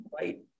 Right